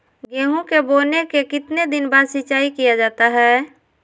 गेंहू के बोने के कितने दिन बाद सिंचाई किया जाता है?